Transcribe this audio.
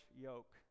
yoke